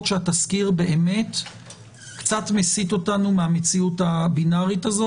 שהתזכיר באמת קצת מסיט אותנו מהמציאות הבינארית הזו,